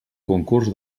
concurs